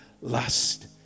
lust